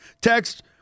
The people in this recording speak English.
text